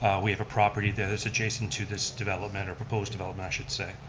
we have a property that is adjacent to this development, or proposed development i should say.